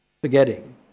forgetting